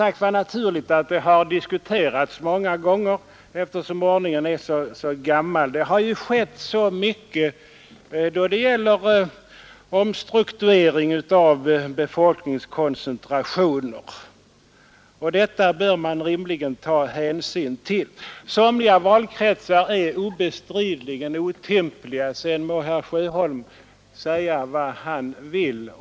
Att detta ämne har diskuterats många gånger är naturligt eftersom valkretsindelningen är av så gammalt datum. Det har ju skett en betydande omstrukturering av befolkningskoncentrationen, och detta bör man rimligen ta hänsyn till. Somliga valkretsar är obestridligen otympliga sedan må herr Sjöholm säga vad han vill.